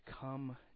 come